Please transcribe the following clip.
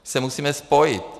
My se musíme spojit.